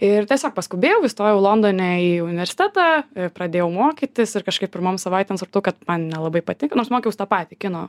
ir tiesiog paskubėjau įstojau londone į universitetą pradėjau mokytis ir kažkaip pirmom savaitėm supratau kad man nelabai patiko nors mokiaus tą patį kino